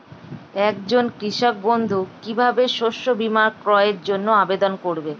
একজন কৃষক বন্ধু কিভাবে শস্য বীমার ক্রয়ের জন্যজন্য আবেদন করবে?